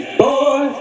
boy